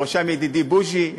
בראשם ידידי בוז'י,